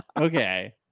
Okay